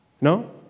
No